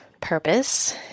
purpose